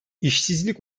i̇şsizlik